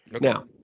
Now